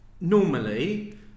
normally